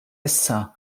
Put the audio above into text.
issa